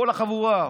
כל החבורה.